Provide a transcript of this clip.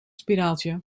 spiraaltje